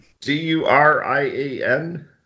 D-U-R-I-A-N